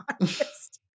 honest